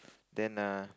then err